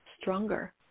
stronger